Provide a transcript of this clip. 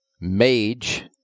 Mage